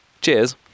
Cheers